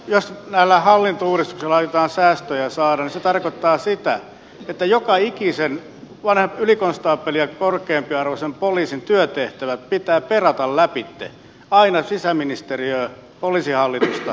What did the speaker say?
jos näillä hallintouudistuksilla aiotaan säästöjä saada niin se tarkoittaa sitä että joka ikisen ylikonstaapelia korkeampiarvoisen poliisin työtehtävät pitää perata läpi aina sisäministeriötä poliisihallitusta poliisilaitoksia myöten